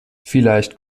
vielleicht